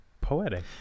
poetic